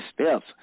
steps